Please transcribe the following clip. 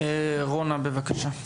רונה, בבקשה.